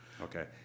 Okay